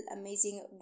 amazing